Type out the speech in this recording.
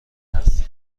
است